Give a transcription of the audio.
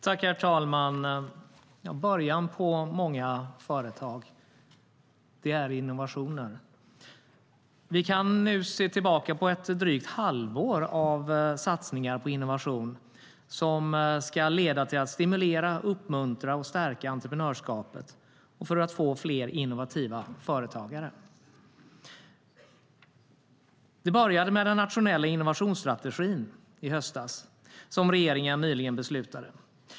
Herr talman! Början på många företag är innovationer. Vi kan se tillbaka på ett drygt halvår av satsningar på innovation i syfte att stimulera, uppmuntra och stärka entreprenörskapet och för att få fler innovativa företagare. Det började med den nationella innovationsstrategin i höstas som regeringen beslutade om.